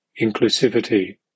inclusivity